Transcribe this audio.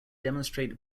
demonstrate